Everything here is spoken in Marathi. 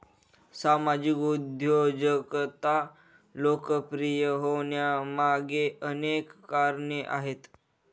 सामाजिक उद्योजकता लोकप्रिय होण्यामागे अनेक कारणे आहेत